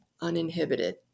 uninhibited